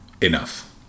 enough